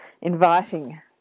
inviting